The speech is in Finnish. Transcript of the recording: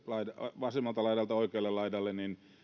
vasemmalta laidalta oikealle laidalle